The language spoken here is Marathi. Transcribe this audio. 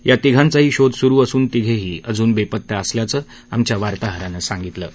या तीघांचाही शोध सुरु असून तीघेही अजून बेपत्ता असल्याचंही आमच्या वार्ताहरानं कळवलं आहे